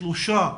שלושה חודשים,